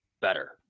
better